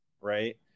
Right